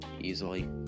easily